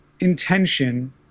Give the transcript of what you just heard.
intention